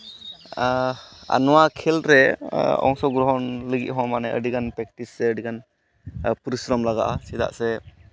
ᱟᱨ ᱱᱚᱣᱟ ᱠᱷᱮᱹᱞ ᱨᱮ ᱚᱝᱥᱚᱜᱨᱚᱦᱚᱱ ᱞᱟᱹᱜᱤᱫ ᱦᱚᱸ ᱢᱟᱱᱮ ᱟᱹᱰᱤᱜᱟᱱ ᱯᱨᱮᱠᱴᱤᱥ ᱥᱮ ᱟᱹᱰᱤᱜᱟᱱ ᱯᱚᱨᱤᱥᱨᱚᱢ ᱞᱟᱜᱟᱜᱼᱟ ᱪᱮᱫᱟᱜ ᱥᱮ